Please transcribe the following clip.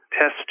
test